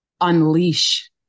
unleash